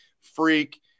freak